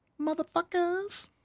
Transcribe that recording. Motherfuckers